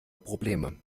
probleme